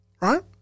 Right